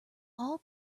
all